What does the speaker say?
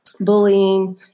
bullying